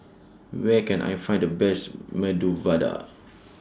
Where Can I Find The Best Medu Vada